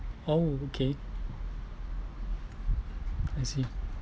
oh okay I see